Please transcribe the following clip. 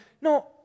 no